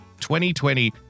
2020